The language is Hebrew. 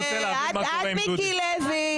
זה --- עד מיקי לוי.